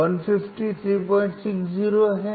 150 15360 है